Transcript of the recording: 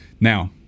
Now